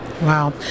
Wow